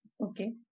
Okay